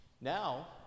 Now